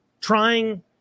trying